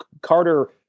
Carter